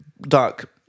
dark